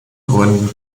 gründen